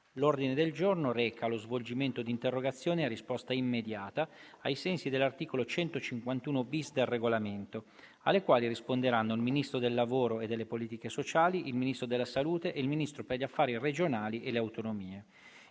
L'ordine del giorno reca lo svolgimento di interrogazioni a risposta immediata (cosiddetto *question time*), ai sensi dell'articolo 151-*bis* del Regolamento, alle quali risponderanno il Ministro del lavoro e delle politiche sociali, il Ministro della salute e il Ministro per gli affari regionali e le autonomie.